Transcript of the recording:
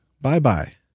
bye-bye